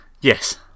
Yes